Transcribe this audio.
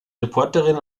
reporterin